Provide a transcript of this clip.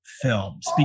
films